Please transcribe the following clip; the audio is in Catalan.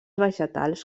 vegetals